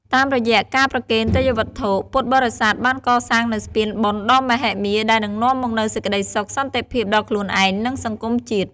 តាមរយៈការប្រគេនទេយ្យវត្ថុ ពុទ្ធបរិស័ទបានកសាងនូវស្ពានបុណ្យដ៏មហិមា ដែលនឹងនាំមកនូវសេចក្តីសុខសន្តិភាពដល់ខ្លួនឯង និងសង្គមជាតិ។